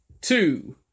two